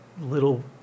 little